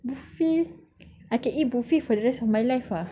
buffet I can eat buffet for the rest of my life ah